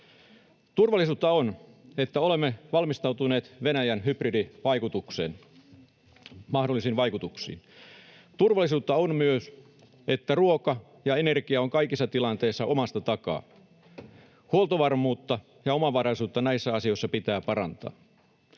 Turvallisuutta on, että olemme valmistautuneet Venäjän hybridivaikuttamisen mahdollisiin vaikutuksiin. Turvallisuutta on myös, että ruokaa ja energiaa on kaikissa tilanteissa omasta takaa. Huoltovarmuutta ja omavaraisuutta näissä asioissa pitää parantaa.